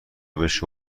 بشه